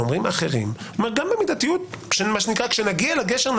ואומרים אחרים: כשנגיע לגשר,